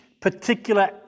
particular